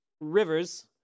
Rivers